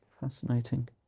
Fascinating